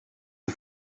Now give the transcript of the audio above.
een